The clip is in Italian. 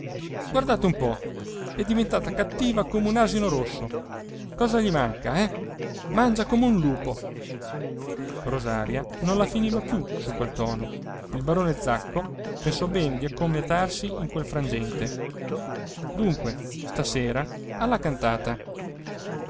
guardate un po è diventata cattiva come un asino rosso cosa gli manca eh mangia come un lupo rosaria non la finiva più su quel tono il barone zacco pensò bene di accomiatarsi in quel frangente dunque stasera alla cantata